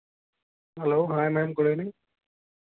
hello hi ma'am good evening